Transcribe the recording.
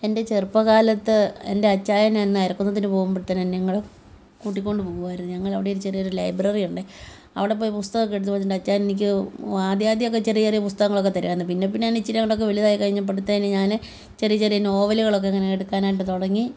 എൻ്റെ ചെറുപ്പകാലത്ത് എൻ്റെ അച്ചായൻ എന്നും അയർകുന്നത്തിന് പോകുമ്പോഴത്തേന് എന്നെയും കൂടെ കൂട്ടികൊണ്ട് പോവുമായിരുന്നു ഞങ്ങളവിടെ ചെറിയൊരു ലൈബ്രറി ഉണ്ട് അവിടെ പോയി പുസ്തകമൊക്കെ എടുത്ത് വെച്ചിട്ടുണ്ട് അച്ചായനെനിക്ക് ആദ്യാദ്യമൊക്കെ ചെറിയ ചെറിയ പുസ്തകങ്ങളൊക്കെ തരുവായിരുന്നു പിന്നെ പിന്നെ എന്നെ ഇച്ചിരി കൂടെ വലുതായി കഴിഞ്ഞപ്പോഴത്തേന് ഞാൻ ചെറിയ ചെറിയ നോവലുകളൊക്കെ ഇങ്ങനെ എടുക്കാനായിട്ട് തുടങ്ങി